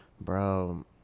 bro